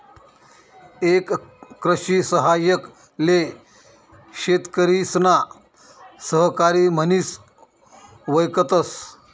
एक कृषि सहाय्यक ले शेतकरिसना सहकारी म्हनिस वयकतस